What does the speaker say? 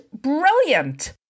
brilliant